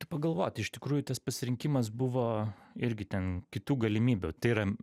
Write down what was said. pagalvot iš tikrųjų tas pasirinkimas buvo irgi ten kitų galimybių tai yra